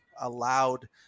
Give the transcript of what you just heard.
allowed